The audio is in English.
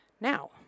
Now